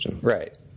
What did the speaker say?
Right